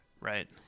right